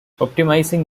optimizing